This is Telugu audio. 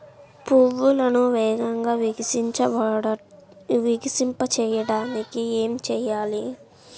పువ్వులను వేగంగా వికసింపచేయటానికి ఏమి చేయాలి?